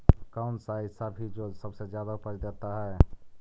कौन सा ऐसा भी जो सबसे ज्यादा उपज देता है?